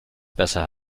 besser